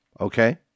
Okay